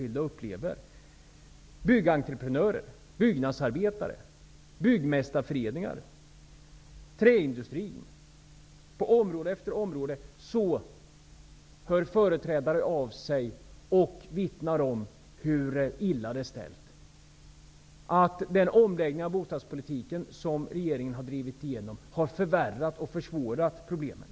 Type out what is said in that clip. Från område efter område -- byggentreprenörer, byggnadsarbetare, byggmästarföreningar, träindustrin hör företrädare av sig och vittnar om hur illa det är ställt och menar att den omläggning av bostadspolitiken som regeringen har drivit igenom har förvärrat och försvårat problemen.